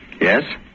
Yes